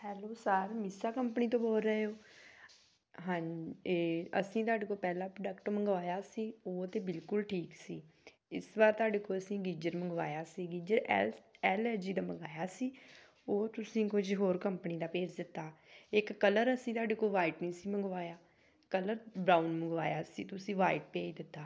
hello sir ਮੀਸਾ company ਤੋਂ ਬੋਲ ਰਹੇ ਹੋ ਹਾਂ ਇਹ ਅਸੀਂ ਤੁਹਾਡੇ ਤੋਂ ਪਹਿਲਾਂ ਪ੍ਰੋਡਕਟ ਮੰਗਵਾਇਆ ਸੀ ਉਹ ਤਾਂ ਬਿਲਕੁਲ ਠੀਕ ਸੀ ਇਸ ਵਾਰ ਤੁਹਾਡੇ ਕੋਲ ਅਸੀਂ ਗੀਜ਼ਰ ਮੰਗਵਾਇਆ ਸੀ geyser L L A G ਦਾ ਮੰਗਵਾਇਆ ਸੀ ਉਹ ਤੁਸੀਂ ਕੁਝ ਹੋਰ ਕੰਪਨੀ ਦਾ ਭੇਜ ਦਿੱਤਾ ਇੱਕ ਕਲਰ ਅਸੀਂ ਤੁਹਾਡੇ ਕੋਲ ਵਾਈਟ ਨਹੀਂ ਸੀ ਮੰਗਵਾਇਆ ਕਲਰ ਬਰਾਊਨ ਮੰਗਵਾਇਆ ਸੀ ਤੁਸੀਂ ਵਾਈਟ ਭੇਜ ਦਿੱਤਾ